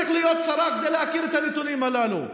לא צריך להיות שרה כדי להכיר את הנתונים הללו.